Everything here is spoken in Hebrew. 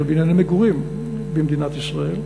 של בנייני מגורים במדינת ישראל.